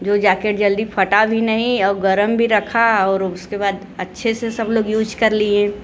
जो जाकेट जल्दी फटा भी नहीं और गर्म भी रखा और उसके बाद अच्छे से सब लोग यूज कर लिए